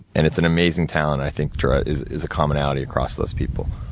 and it's an amazing talent, i think is is a commonality across those people.